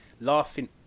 laughing